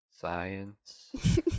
Science